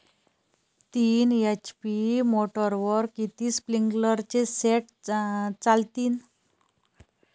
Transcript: तीन एच.पी मोटरवर किती स्प्रिंकलरचे सेट चालतीन?